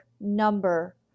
number